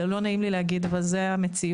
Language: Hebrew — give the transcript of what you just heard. לא נעים לי להגיד אבל זו המציאות